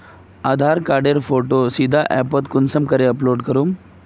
आधार कार्डेर फोटो सीधे ऐपोत कुंसम करे अपलोड करूम?